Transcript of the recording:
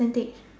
date